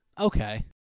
Okay